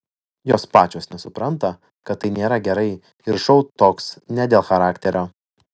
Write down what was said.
jos pačios nesupranta kad tai nėra gerai ir šou toks ne dėl charakterio